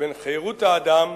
בין חירות האדם